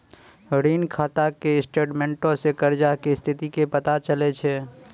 ऋण खाता के स्टेटमेंटो से कर्जा के स्थिति के पता चलै छै